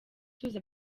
tuzi